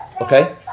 Okay